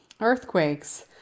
earthquakes